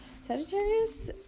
sagittarius